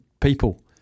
People